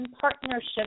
partnerships